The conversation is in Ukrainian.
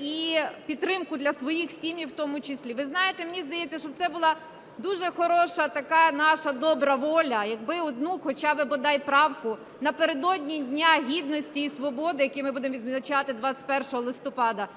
і підтримку для своїх сімей в тому числі. Ви знаєте, мені здається, що це була дуже хороша, така наша добра воля, якби одну хоча би бодай правку напередодні Дня Гідності і Свободи, який ми будемо відзначати 21 листопада,